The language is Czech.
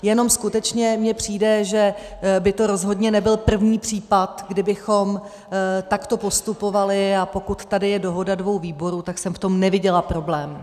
Jenom skutečně mně přijde, že by to rozhodně nebyl první případ, kdy bychom takto postupovali, a pokud tady je dohoda dvou výborů, tak jsem v tom neviděla problém.